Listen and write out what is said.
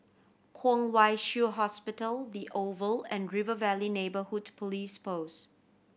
Kwong Wai Shiu Hospital The Oval and River Valley Neighbourhood Police Post